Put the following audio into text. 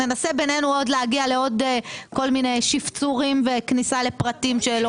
ננסה בינינו להגיע לעוד כל מיני שבצורים וכניסה לפרטים שלא חשבנו עליהם.